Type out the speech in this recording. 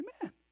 Amen